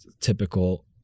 typical